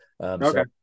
okay